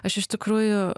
aš iš tikrųjų